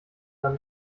dann